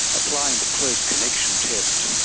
applying the close connection test,